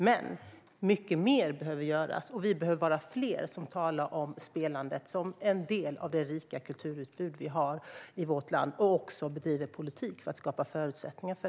Men mycket mer behöver göras, och vi behöver vara fler som talar om spelandet som en del av det rika kulturutbud vi har i vårt land, som vi bedriver en politik för att skapa förutsättningar för.